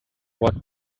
what